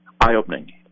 eye-opening